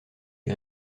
est